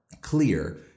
clear